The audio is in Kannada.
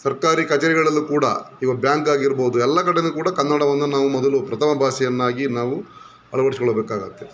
ಸರ್ಕಾರಿ ಕಚೇರಿಗಳಲ್ಲೂ ಕೂಡ ಇವಾಗ ಬ್ಯಾಂಕಾಗಿರ್ಬೋದು ಎಲ್ಲ ಕಡೆಯಲ್ಲೂ ಕೂಡ ಕನ್ನಡವನ್ನು ನಾವು ಮೊದಲು ಪ್ರಥಮ ಭಾಷೆಯನ್ನಾಗಿ ನಾವು ಅಳವಡಿಸಿಕೊಳ್ಳಬೇಕಾಗುತ್ತೆ